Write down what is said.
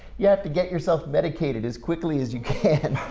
you have to get yourself medicated as quickly as you can.